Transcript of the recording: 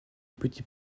petit